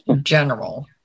general